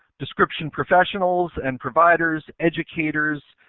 description professionals and providers, educators,